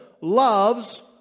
loves